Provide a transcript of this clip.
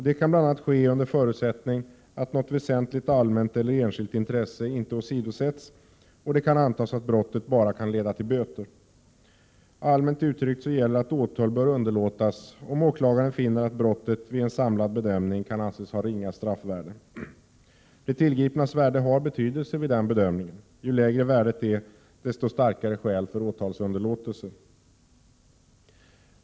Det kan bl.a. ske under förutsättning att något väsentligt allmänt eller enskilt intresse inte åsidosätts och det kan antas att brottet bara kan leda till böter. Allmänt uttryckt gäller att åtal bör underlåtas, om åklagaren finner att brottet vid en samlad bedömning kan anses ha ringa straffvärde. Det tillgripnas värde har betydelse vid den bedömningen. Ju lägre värdet är, desto starkare skäl för åtalsunderlåtelse.